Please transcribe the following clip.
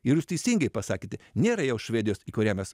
ir jūs teisingai pasakėte nėra jau švedijos į kurią mes